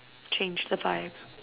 change the vibe